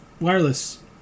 wireless